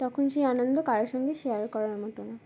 তখন সেই আনন্দ কারোর সঙ্গে শেয়ার করার মতো না